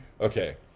okay